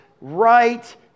right